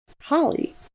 Holly